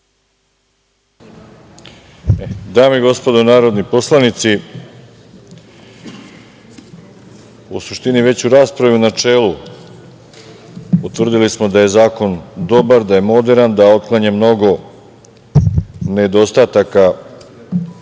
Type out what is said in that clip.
Dame i gospodo narodni poslanici, u suštini već u raspravi u načelu utvrdili smo da je zakon dobar, da je moderan, da otklanja mnogo nedostataka